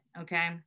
okay